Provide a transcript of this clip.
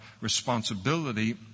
responsibility